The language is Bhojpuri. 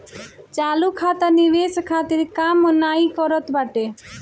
चालू खाता निवेश खातिर काम नाइ करत बाटे